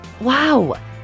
wow